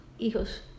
hijos